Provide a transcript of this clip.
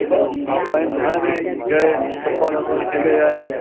ठीक है ऑफलाइन तो है नहीं कि गए ठप्पा लगवा कर चले आए